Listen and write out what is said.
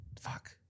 Fuck